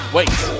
Wait